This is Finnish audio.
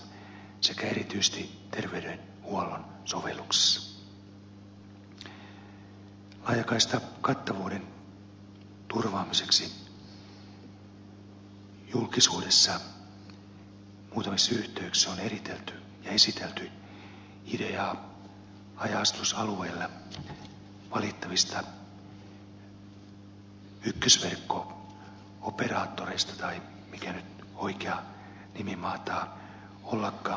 laajakaistan kattavuuden turvaamiseksi on julkisuudessa muutamissa yhteyksissä eritelty ja esitelty ideaa haja asutusalueille valittavista ykkösverkko operaattoreista tai mikä nyt oikea nimi mahtaa ollakaan